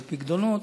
או פיקדונות.